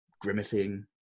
grimacing